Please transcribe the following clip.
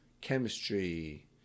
chemistry